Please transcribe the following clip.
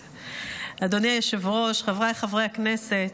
אדוני היושב-ראש, חבריי חברי הכנסת,